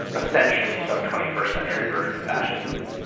essentially, some twenty first century version of fascism.